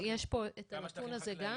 יש פה את העדכון הזה גם